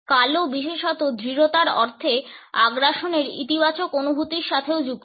কালো বিশেষত দৃঢ়তার অর্থে আগ্রাসনের ইতিবাচক অনুভূতির সাথেও যুক্ত